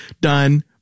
done